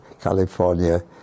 California